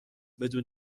بدون